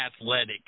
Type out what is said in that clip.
athletic